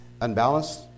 unbalanced